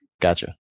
gotcha